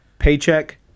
Paycheck